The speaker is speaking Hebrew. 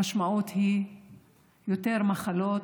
המשמעות היא יותר מחלות,